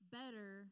better